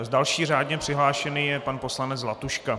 Další řádně přihlášený je pan poslanec Zlatuška.